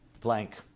blank